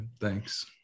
Thanks